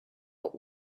but